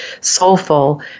soulful